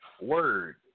Word